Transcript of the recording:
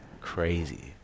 crazy